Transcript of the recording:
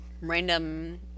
random